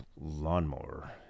lawnmower